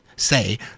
say